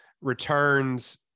returns